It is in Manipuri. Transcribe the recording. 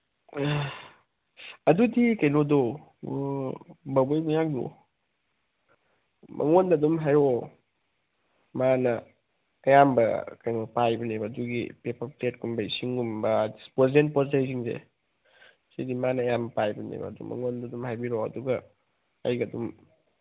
ꯑꯗꯨꯗꯤ ꯀꯩꯅꯣꯗꯣ ꯕꯕꯣꯏ ꯃꯌꯥꯡꯗꯣ ꯃꯉꯣꯟꯗ ꯑꯗꯨꯝ ꯍꯥꯏꯔꯛꯑꯣ ꯃꯥꯅ ꯑꯌꯥꯝꯕ ꯀꯩꯅꯣ ꯄꯥꯏꯕꯅꯦꯕ ꯑꯗꯨꯒꯤ ꯄꯦꯄꯔ ꯄ꯭ꯂꯦꯠꯀꯨꯝꯕ ꯏꯁꯤꯡꯒꯨꯝꯕ ꯗꯤꯁꯄꯣꯖꯦꯜ ꯄꯣꯠ ꯆꯩꯁꯤꯡꯁꯦ ꯁꯤꯒꯤ ꯃꯥꯅ ꯌꯥꯝ ꯄꯥꯏꯕꯅꯦꯕ ꯃꯉꯣꯟꯗ ꯑꯗꯨꯝ ꯍꯥꯏꯕꯤꯔꯛꯑꯣ ꯑꯗꯨꯒ ꯑꯩꯒ ꯑꯗꯨꯝ